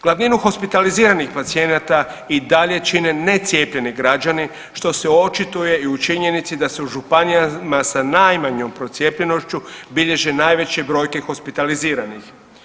Glavninu hospitaliziranih pacijenata i dalje čine necijepljeni građani, što se očituje i u činjenici da se u županijama sa najmanjom procijepljenošću bilježi najveće brojke hospitaliziranih.